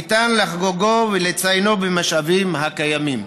ניתן לחוגגו ולציינו במשאבים הקיימים,